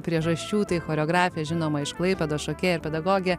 priežasčių tai choreografė žinoma iš klaipėdos šokėja pedagogė